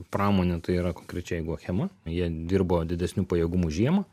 pramonė tai yra konkrečiai jeigu achema jie dirbo didesniu pajėgumu žiemą